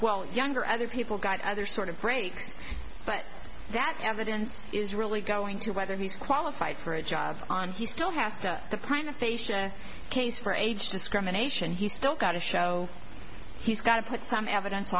well younger other people got other sort of breaks but that evidence is really going to whether he's qualified for a job on he still has to the kind of facia case for age discrimination he's still got to show he's got to put some evidence